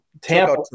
Tampa